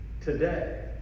today